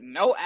no